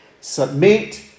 Submit